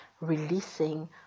releasing